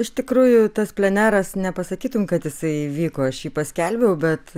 iš tikrųjų tas pleneras nepasakytum kad jisai įvyko aš jį paskelbiau bet